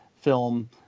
film